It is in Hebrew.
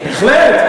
בהחלט.